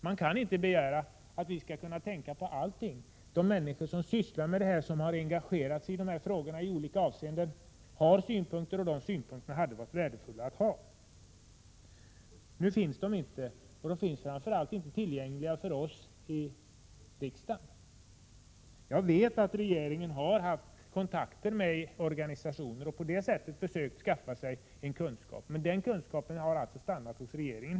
Man kan inte begära att vi skall tänka på allt. De människor som på olika sätt har engagerat sig i dessa frågor har synpunkter, och det hade varit värdefullt att få ta del av dessa synpunkter. Nu har vi inte fått ta del av dessa synpunkter, framför allt inte vi i riksdagen. Jag vet att regeringen har haft kontakter med olika organisationer och på det sättet försökt skaffa sig kunskap, men den kunskapen har i huvudsak stannat hos regeringen.